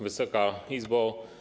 Wysoka Izbo!